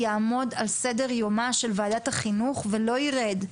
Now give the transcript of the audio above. יעמוד על סדר יומה של ועדת החינוך ולא יירד.